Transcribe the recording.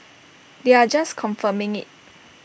they are just confirming IT